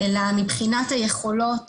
מבחינת היכולות